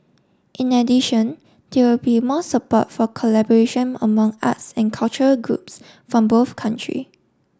in addition there will be more support for collaboration among us and culture groups from both country